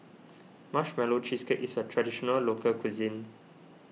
Marshmallow Cheesecake is a Traditional Local Cuisine